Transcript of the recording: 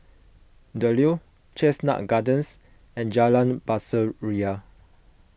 the Leo Chestnut Gardens and Jalan Pasir Ria